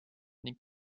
ning